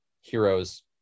heroes